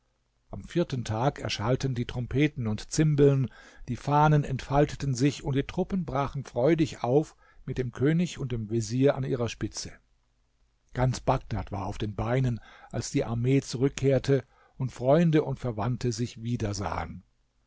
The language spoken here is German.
am vierten tag erschallten die trompeten und zimbeln die fahnen entfalteten sich und die truppen brachen freudig auf mit dem könig und dem vezier an ihrer spitze ganz bagdad war auf den beinen als die armee zurückkehrte und freunde und verwandte sich